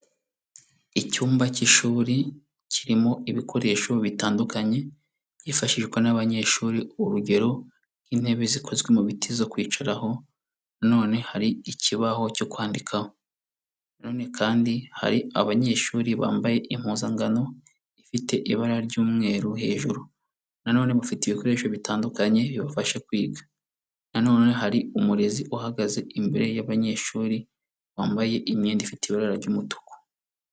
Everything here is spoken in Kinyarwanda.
Icyumba cy'ishuri kirimo ibikoresho bitandukanye byifashishwa n'abanyeshuri, urugero, nk'intebe zikozwe mu biti zo kwicaraho, nanone hari ikibaho cyo kwandikaho, nanone kandi hari abanyeshuri bambaye impuzankano ifite ibara ry'umweru hejuru, nanone bafite ibikoresho bitandukanye bibafashe kwiga, nanone hari umurezi uhagaze imbere y'abanyeshuri wambaye imyenda ifite ibara ry'umutuku.